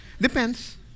Depends